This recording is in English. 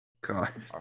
God